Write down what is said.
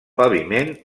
paviment